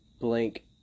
blank